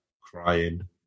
Crying